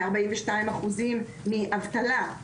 42 אחוזים מאבטלה,